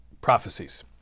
prophecies